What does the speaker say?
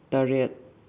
ꯇꯔꯦꯠ